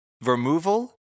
removal